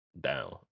down